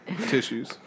Tissues